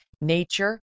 Nature